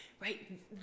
right